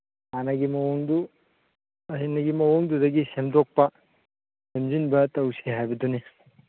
ꯍꯥꯟꯅꯒꯤ ꯃꯑꯣꯡꯗꯨ ꯍꯥꯟꯅꯒꯤ ꯃꯑꯣꯡꯗꯨꯗꯒꯤ ꯁꯦꯝꯗꯣꯛꯄ ꯁꯦꯝꯖꯤꯟꯕ ꯇꯧꯁꯤ ꯍꯥꯏꯕꯗꯨꯅꯤ